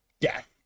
death